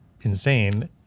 insane